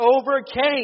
overcame